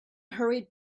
hurried